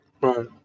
Right